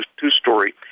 two-story